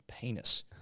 penis